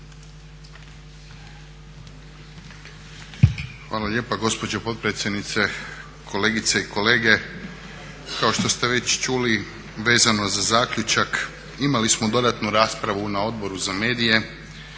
Hvala lijepo gospođo potpredsjednice. Kolegice i kolege. Kao što ste već čuli vezno za zaključak imali smo dodatnu raspravu na Odboru za medije